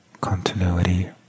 continuity